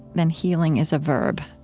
then healing is a verb.